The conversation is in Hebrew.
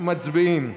מצביעים.